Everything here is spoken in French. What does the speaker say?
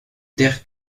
terres